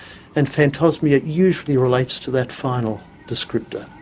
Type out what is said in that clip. and phantosmia usually relates to that final descriptor.